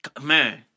Man